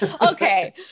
okay